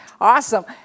Awesome